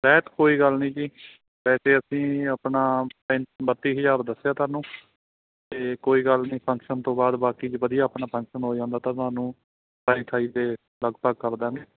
ਰਿਆਇਤ ਕੋਈ ਗੱਲ ਨਹੀਂ ਜੀ ਵੈਸੇ ਅਸੀਂ ਆਪਣਾ ਪੈਂਤ ਬੱਤੀ ਹਜ਼ਾਰ ਦੱਸਿਆ ਤੁਹਾਨੂੰ ਅਤੇ ਕੋਈ ਗੱਲ ਨਹੀਂ ਫੰਕਸ਼ਨ ਤੋਂ ਬਾਅਦ ਬਾਕੀ ਜੇ ਵਧੀਆ ਆਪਣਾ ਫੰਕਸ਼ਨ ਹੋ ਜਾਂਦਾ ਤਾਂ ਤੁਹਾਨੂੰ ਸਤਾਈ ਅਠਾਈ ਦੇ ਲਗਭਗ ਕਰ ਦੇਵਾਂਗੇ